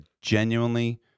genuinely